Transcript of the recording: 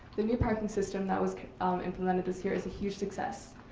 the new parking system that was um implemented this year is a huge success.